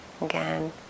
again